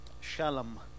Shalom